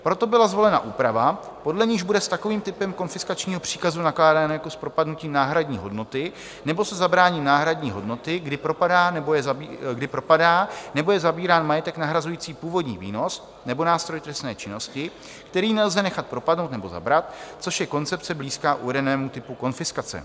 Proto byla zvolena úprava, podle níž bude s takovým typem konfiskačního příkazu nakládáno jako s propadnutím náhradní hodnoty nebo se zabráním náhradní hodnoty, kdy propadá nebo je zabírán majetek nahrazující původní výnos nebo nástroj trestné činnosti, který nelze nechat propadnout nebo zabrat, což je koncepce blízká uvedenému typu konfiskace.